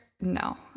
No